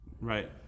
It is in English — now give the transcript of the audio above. Right